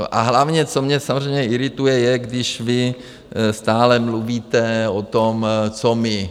A hlavně co mě samozřejmě irituje, je, když vy stále mluvíte o tom, co my.